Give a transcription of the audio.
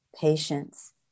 patience